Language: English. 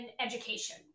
education